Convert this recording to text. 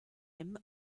him